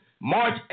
March